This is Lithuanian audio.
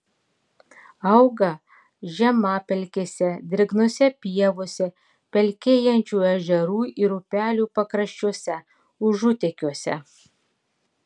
auga žemapelkėse drėgnose pievose pelkėjančių ežerų ir upelių pakraščiuose užutekiuose